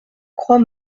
croix